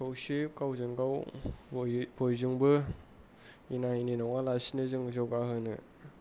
खौसे गावजों गाव बयजोंबो एना एनि नङा लासिनो जोङो जौगाहोनो